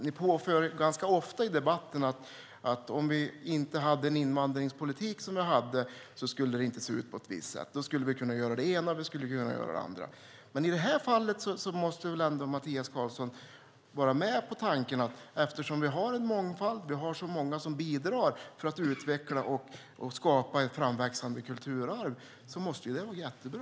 Ni påför ganska ofta i debatten att om vi inte hade den invandringspolitik som vi har så skulle det inte se ut på ett visst sätt. Då skulle vi kunna göra det ena och det andra. Men i det här fallet måste väl ändå Mattias Karlsson vara med på tanken att eftersom vi har en mångfald och så många som bidrar till att utveckla och skapa ett framväxande kulturarv så är det jättebra.